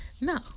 No